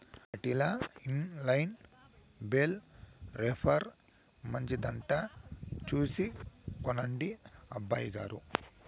ఆటిల్ల inline bale wrapper మంచిదట చూసి కొనండి అబ్బయిగారు